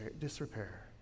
disrepair